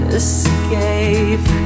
escape